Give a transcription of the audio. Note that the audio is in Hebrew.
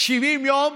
70 יום,